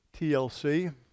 tlc